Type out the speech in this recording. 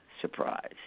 surprise